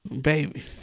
baby